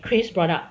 chris brought up